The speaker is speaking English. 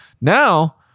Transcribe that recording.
Now